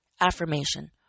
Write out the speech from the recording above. affirmation